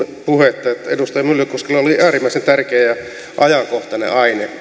puhetta edustaja myllykoskella oli äärimmäisen tärkeä ja ajankohtainen